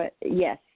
Yes